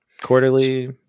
Quarterly